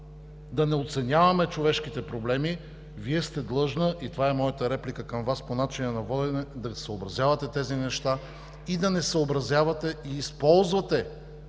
да не оценяваме човешките проблеми, Вие сте длъжна и това е моята реплика към Вас по начина на водене да ги съобразявате тези неща и да не съобразявате и използвате